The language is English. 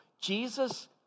Jesus